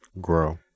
grow